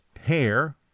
hair